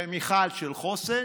ומיכל של חוסן,